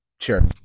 Sure